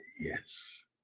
yes